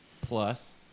Plus